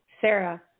Sarah